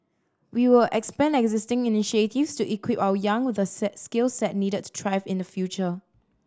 we will expand existing initiatives to equip our young with the skill set needed thrive in the future